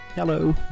Hello